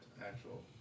actual